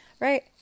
right